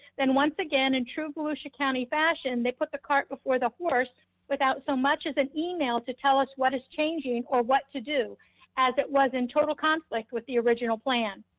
then once again, in true volusia county fashion, they put the cart before the horse without so much as an email to tell us what is changing or what to do as it was in total conflict with the original plan.